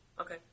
Okay